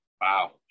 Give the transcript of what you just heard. Wow